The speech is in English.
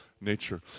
nature